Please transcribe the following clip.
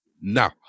now